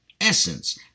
essence